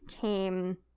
came